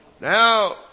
Now